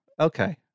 Okay